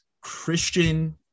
christian